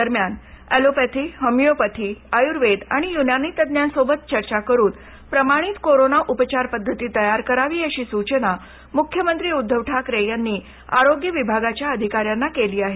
दरम्यान allopathy homeopathy Ayurveda आणि युनानी तज्ञांबरोबर चर्चा करून प्रमाणित कोरोना उपचार पद्धत तयार करावी अशी सूचना मुख्यमंत्री उद्धव ठाकरे यांनी आरोग्य विभागाच्या अधिकाऱ्यांना केली आहे